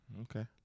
Okay